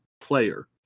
player